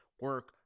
Work